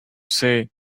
say